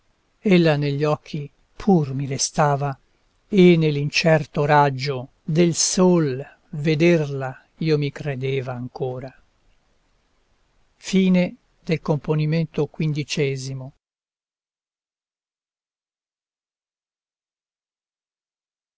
ella negli occhi pur mi restava e nell'incerto raggio del sol vederla io mi credeva ancora la